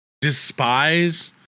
despise